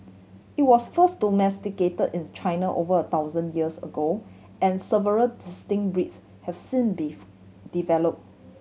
it was first domesticate in China over a thousand years ago and several distinct breeds have since been develop